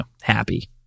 happy